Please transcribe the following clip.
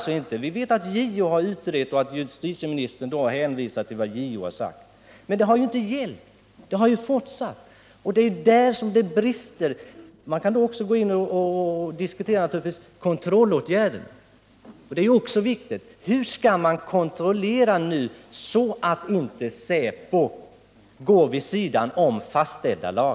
Tidigare har JO utrett, och justitieministern har då hänvisat till vad JO har sagt. Men det har ju inte hjälpt! Olagligheterna har fortsatt. Man kan naturligtvis också diskutera hur man skall kontrollera att inte säpo går vid sidan om fastställda lagar.